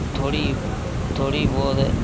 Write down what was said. थोह्ड़ी थोह्ड़ी बोह्त